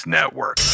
Network